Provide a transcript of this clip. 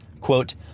Quote